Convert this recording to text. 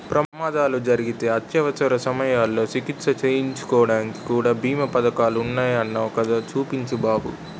ప్రమాదాలు జరిగితే అత్యవసర సమయంలో చికిత్స చేయించుకోడానికి కూడా బీమా పదకాలున్నాయ్ అన్నావ్ కదా చూపించు బాబు